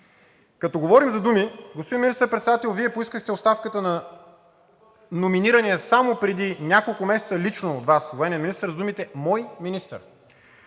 Като говорим за думи, господин Министър-председател, Вие поискахте оставката на номинирания само преди няколко месеца лично от Вас военен министър с думите „мой министър“.